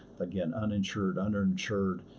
again, uninsured, uninsured.